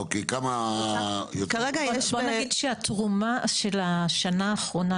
בוא נגיד שהתרומה של השנה האחרונה,